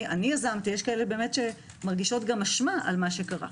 אני יזמתי יש שמרגישות אשמה על מה שקרה.